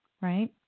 Right